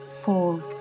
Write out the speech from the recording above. four